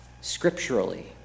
Scripturally